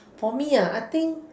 for me ah I think